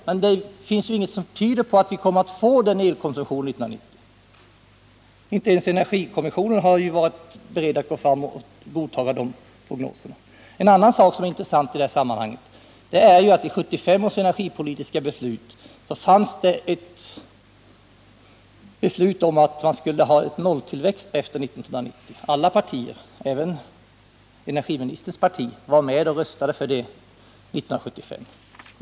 Men ingenting tyder på att vi kommer att få denna elkonsumtion 1990. Inte ens energikommissionen har varit beredd att godta de prognoserna. En annan intressant sak i detta sammanhang är att 1975 års energipolitiska beslut byggde på nolltillväxt efter 1990. Alla partier — även energiministerns parti — röstade för detta 1975.